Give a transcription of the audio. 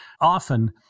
Often